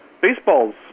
Baseball's